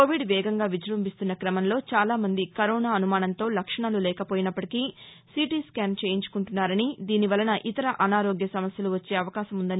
Covid వేగంగా విజృంభిస్తున్న క్రమంలో చాలామంది కరోనా అనుమానంతో లక్షణాలు లేకపోయినప్పటికి సీటీ స్కాన్ చేయించుకుంటున్నారని దీనివలన ఇరత అనారోగ్య సమస్యలు వచ్చే అవకాశం ఉందన్నారు